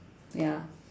ya